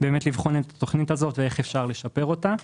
לבחון את התוכנית הזאת ואיך אפשר לשפר אותה.